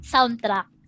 Soundtrack